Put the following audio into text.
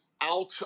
out